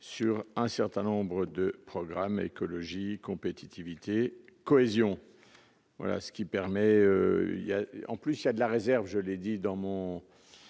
sur un certain nombre de programmes compétitivité cohésion, voilà ce qui permet, il y a en plus, il y a de la réserve, je l'ai dit dans mon